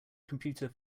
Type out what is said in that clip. computer